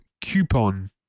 Coupon